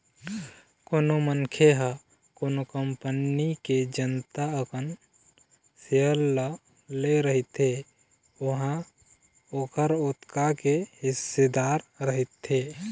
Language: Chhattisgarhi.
कोनो मनखे ह कोनो कंपनी के जतना अकन सेयर ल ले रहिथे ओहा ओखर ओतका के हिस्सेदार रहिथे